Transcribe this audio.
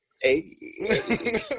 hey